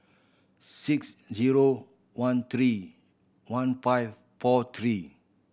six zero one three one five four three